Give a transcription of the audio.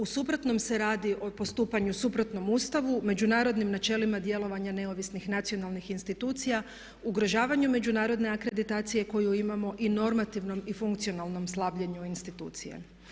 U suprotnom se radi o postupanju suprotnom Ustavu, međunarodnim načelima djelovanja neovisnih nacionalnih institucija, ugrožavanju međunarodne akreditacije koju imamo i normativnom i funkcionalnom slabljenju institucije.